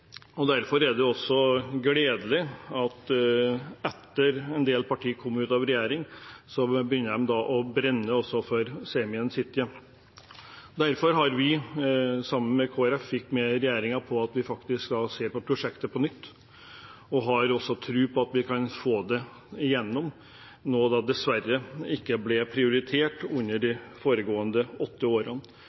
det gledelig at en del partier, etter at de kom ut av regjering, begynner å brenne også for Saemien Sijte. Derfor har vi, sammen med Kristelig Folkeparti, faktisk fått regjeringen med på å se på prosjektet på nytt, og vi har tro på at vi kan få det gjennom, noe som dessverre ikke ble prioritert i løpet av de foregående åtte årene.